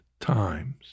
times